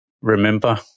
remember